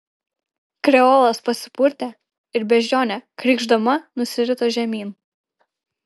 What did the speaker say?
kreolas pasipurtė ir beždžionė krykšdama nusirito žemyn